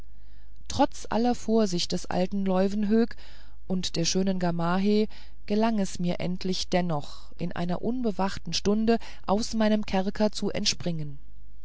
trotz aller vorsicht des alten leuwenhoek und der schönen gamaheh gelang es mir endlich dennoch in einer unbewachten stunde aus meinem kerker zu entspringen